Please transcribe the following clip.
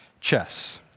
chess